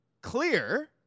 clear